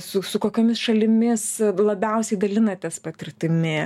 su su kokiomis šalimis labiausiai dalinatės patirtimi